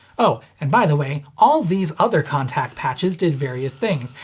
oh and by the way, all these other contact patches did various things,